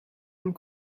and